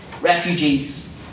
refugees